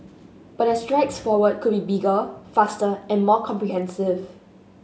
but their strides forward could be bigger faster and more comprehensive